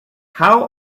how